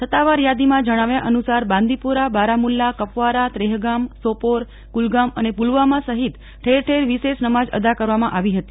સત્તાવાર યાદીમાં જમ્મુ કાશ્મીરમાં જણાવ્યા અનુસાર બાંદીપોરા બારામુલ્લા કપવારા ત્રેહગામ સોપોર કુલગામ અને પુલવામા સહીત ઠેરઠેર વિશેષ નમાજ અદા કરવામાં આવી હતી